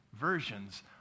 versions